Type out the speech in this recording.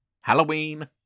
Halloween